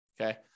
Okay